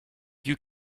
you